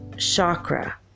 chakra